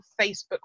facebook